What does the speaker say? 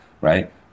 right